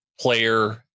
player